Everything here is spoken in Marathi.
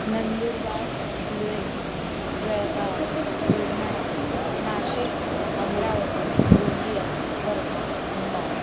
नंदुरबार धुळे जळगाव बुलढाणा नाशिक अमरावती गोंदिया वर्धा भंडारा